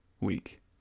week